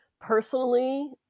personally